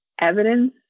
evidence